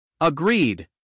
Agreed